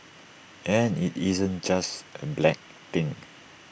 and IT isn't just A black thing